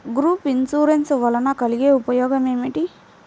Group insurance వలన కలిగే ఉపయోగమేమిటీ?